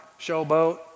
showboat